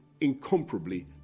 incomparably